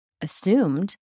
assumed